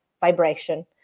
vibration